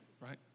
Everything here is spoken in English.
right